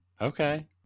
okay